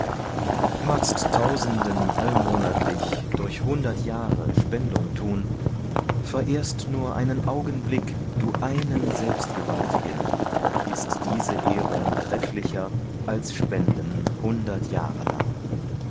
magst tausenden allmonatlich durch hundert jahre spendung tun verehrst nur einen augenblick du einen selbstgewaltigen ist diese ehrung trefflicher als spenden hundert jahre lang